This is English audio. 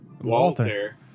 Walter